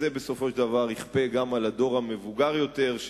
זה בסופו של דבר יכפה גם על הדור המבוגר יותר,